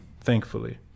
thankfully